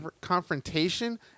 confrontation